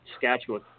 Saskatchewan